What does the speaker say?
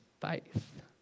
faith